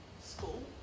school